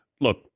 Look